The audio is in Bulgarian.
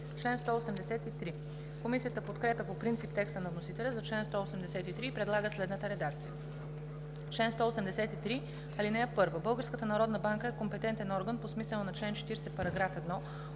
единадесета. Комисията подкрепя по принцип текста на вносителя за чл. 183 и предлага следната редакция: „Чл. 183. (1) Българската народна банка е компетентен орган по смисъла на чл. 40, параграф 1